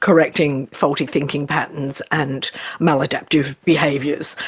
correcting faulty thinking patterns and maladaptive behaviours.